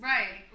Right